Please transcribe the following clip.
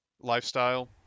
lifestyle